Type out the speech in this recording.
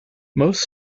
most